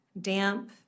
damp